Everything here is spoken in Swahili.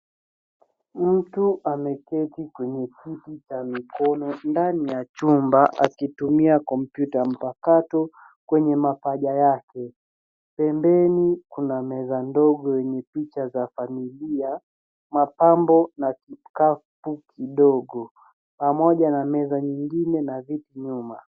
Mtu ameketi ameketi kwenye kiti cha mikono ndani ya chumba akitumia kompyuta mpakato kwenye mapaja yake. Pembeni kuna meza ndogo yenye picha za familia, mapambo na kikapu kidogo pamoja na meza nyingine viti nyuma.